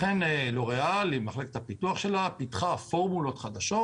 לכן לוריאל עם מחלת הפיתוח שלה פיתחה פורמולות חדשות